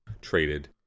traded